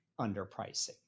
underpricing